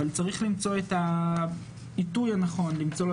אבל צריך למצוא את העיתוי הנכון למצוא לו